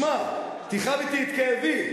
תשמע, תכאב אתי את כאבי.